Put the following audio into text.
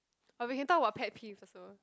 or we can talk about pet peeves also